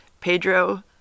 Pedro